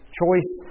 choice